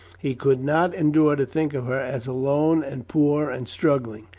he could not en dure to think of her as alone and poor and struggling.